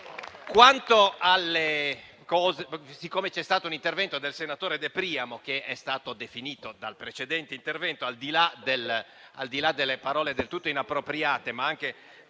Siccome c'è stato un intervento del senatore De Priamo che è stato definito dal precedente intervento - al di là delle parole del tutto inappropriate -